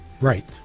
Right